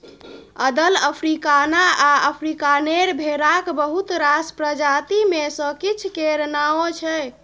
अदल, अफ्रीकाना आ अफ्रीकानेर भेराक बहुत रास प्रजाति मे सँ किछ केर नाओ छै